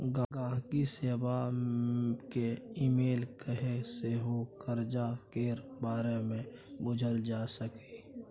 गांहिकी सेबा केँ इमेल कए सेहो करजा केर बारे मे बुझल जा सकैए